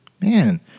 Man